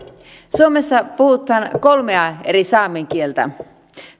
suomessa puhutaan kolmea eri saamen kieltä